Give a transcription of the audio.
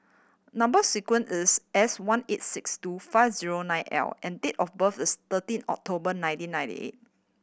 number sequence is S one eight six two five zero nine L and date of birth is thirteen October nineteen ninety eight